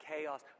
chaos